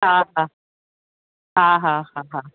हा हा हा हा हा हा